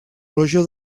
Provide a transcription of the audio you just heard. roja